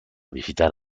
visitar